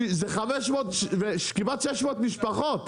כמעט 600 משפחות,